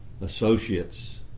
associates